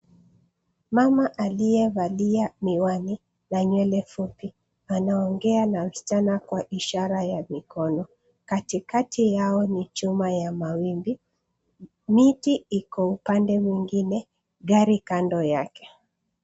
Mama aliyevalia miwani na nywele fupi anaongea na wasichana kwa ishara ya mikono. Katikati yao ni chuma ya mawimbi, miti iko upande mwingine gari kando yake.